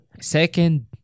Second